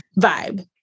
vibe